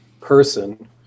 person